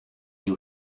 you